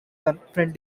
connection